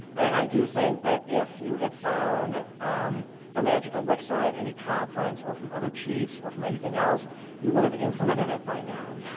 and i do think that if you had found the magic elixir at any conference or from other chiefs or from anything else you would have implanted it by now.